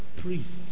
priests